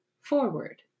forward